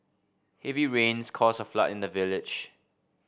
heavy rains caused a flood in the village